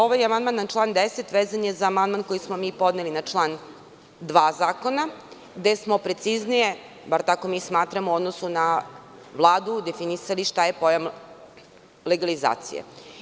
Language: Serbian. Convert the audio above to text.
Ovaj amandman na član 10. vezan je za amandman koji smo podneli na član 2, gde smo preciznije, bar tako mi smatramo, u odnosu na Vladu definisali šta je pojam legalizacije.